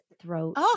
throat